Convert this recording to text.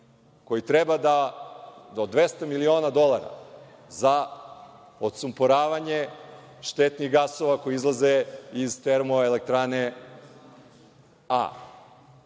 koji treba da od 200 miliona dolara za odsumporavanje štetnih gasova koji izlaze iz Termoelektrane A.